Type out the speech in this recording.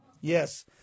Yes